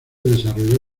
desarrolló